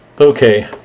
okay